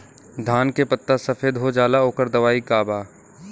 धान के पत्ता सफेद हो जाला ओकर दवाई का बा?